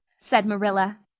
said marilla.